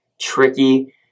tricky